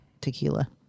tequila